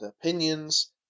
opinions